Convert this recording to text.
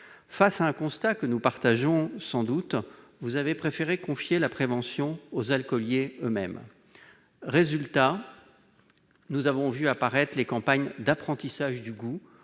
Face à un constat que nous partageons sans doute, vous avez préféré confier la prévention aux alcooliers eux-mêmes. Nous avons alors vu apparaître les campagnes d'apprentissage au goût